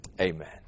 Amen